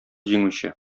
җиңүче